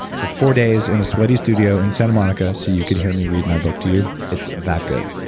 so four days in a sweaty studio in santa monica so you could hear me read my book to you. it's that good